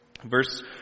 Verse